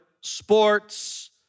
sports